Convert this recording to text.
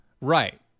right